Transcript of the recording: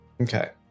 Okay